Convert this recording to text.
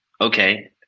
Okay